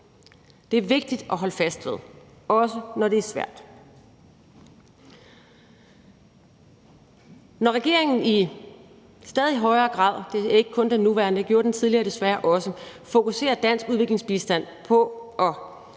Det er vigtigt at holde fast ved, også når det er svært. Når regeringen i stadig højere grad – det er ikke kun den nuværende; det